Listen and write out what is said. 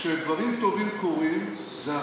כשדברים טובים קורים, זה השר,